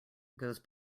goes